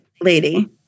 lady